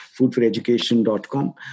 foodforeducation.com